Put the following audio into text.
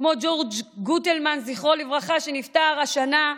כמו ג'ורג' גוטלמן, זיכרונו לברכה, שנפטר השנה,